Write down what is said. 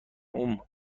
هومممم